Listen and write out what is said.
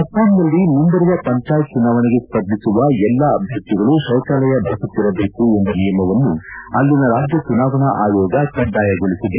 ಅಸ್ತಾಂನಲ್ಲಿ ಮುಂಬರುವ ಪಂಚಾಯತ್ ಚುನಾವಣೆಗೆ ಸ್ಪರ್ಧಿಸುವ ಎಲ್ಲಾ ಅಭ್ಯರ್ಥಿಗಳು ಶೌಚಾಲಯ ಬಳಸತ್ತಿರಬೇಕು ಎಂಬ ನಿಯಮವನ್ನು ಅಲ್ಲಿನ ರಾಜ್ಯ ಚುನಾವಣಾ ಆಯೋಗ ಕಡ್ಡಾಯಗೊಳಿಸಿದೆ